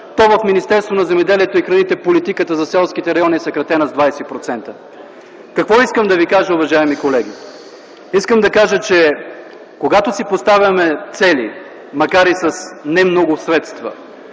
то в Министерството на земеделието и храните политиката за селските райони е съкратена с 20%. Какво искам да ви кажа, уважаеми колеги? Искам да кажа, че когато си поставяме цели, макар и с не много средства,